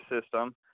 system